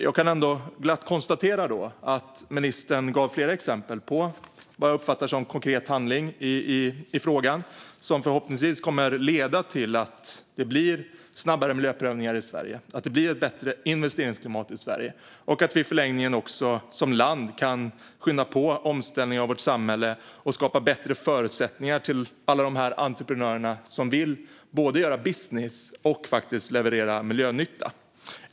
Jag kan ändå glatt konstatera att ministern gav flera exempel på vad jag uppfattar som konkret handling i frågan, något som förhoppningsvis kommer att leda till att det blir snabbare miljöprövningar och ett bättre investeringsklimat i Sverige så att vi i förlängningen också som land kan skynda på omställningen av vårt samhälle och skapa bättre förutsättningar för alla de här entreprenörerna som både vill göra business och faktiskt leverera miljönytta.